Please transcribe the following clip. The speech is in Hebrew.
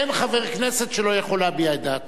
אין חבר כנסת שלא יכול להביע את דעתו.